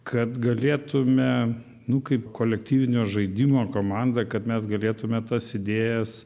kad galėtume nu kaip kolektyvinio žaidimo komanda kad mes galėtume tas idėjas